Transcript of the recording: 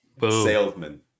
salesman